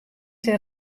syn